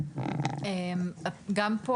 גם פה,